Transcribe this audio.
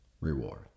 reward